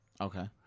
Okay